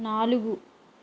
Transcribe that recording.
నాలుగు